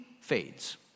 fades